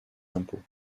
impôts